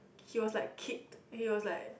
he was like keep he was like